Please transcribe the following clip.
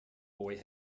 boy